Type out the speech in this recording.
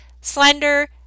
slender